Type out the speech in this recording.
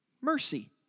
mercy